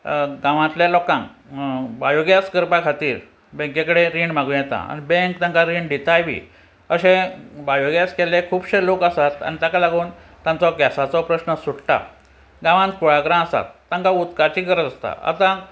गांवांतल्या लोकांक बायोगॅस करपा खातीर बँके कडेन रीण मागूं येता आनी बँक तांकां रीण दिताय बी अशे बायोगॅस केल्ले खुबशे लोक आसात आनी ताका लागून तांचो गॅसाचो प्रस्न सुट्टा गांवांत कुळागरां आसात तांकां उदकाची गरज आसता आतां